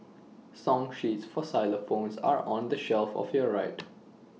song sheets for xylophones are on the shelf of your right